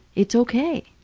it's ok.